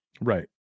right